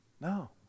No